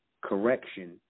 correction